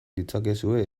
ditzakezue